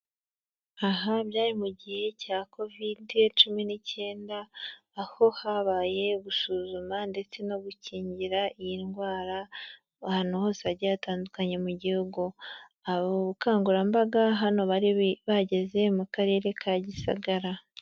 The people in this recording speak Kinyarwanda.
Aha byari mu gihe cya Covide cumi n'icyenda, aho habaye gusuzuma ndetse no gukingira iyi ndwara ahantu hose hagiye hatandukanye mu gihugu. Haba ubukangurambaga, hano bari bageze mu Karere ka Gisagara.